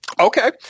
okay